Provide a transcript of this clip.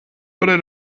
oder